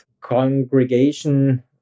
congregation